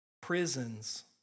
Prisons